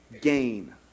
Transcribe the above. gain